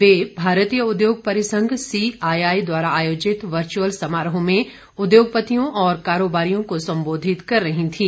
वे भारतीय उद्योग परिसंघ सी आई आई द्वारा आयोजित वर्चुअल समारोह में उद्योगपतियों और कारोबारियों को संबोधित कर रही थीं